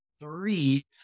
Three